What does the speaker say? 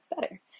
better